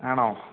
ആണോ